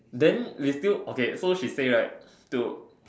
then we still okay so she say right to